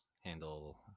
handle